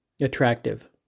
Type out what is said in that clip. attractive